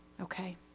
okay